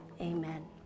amen